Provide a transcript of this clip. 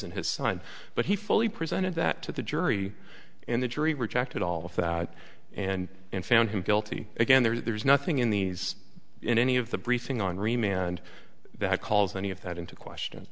and his son but he fully presented that to the jury and the jury rejected all of that and and found him guilty again there's nothing in these in any of the briefing on remain and that calls any of that into question